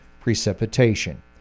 precipitation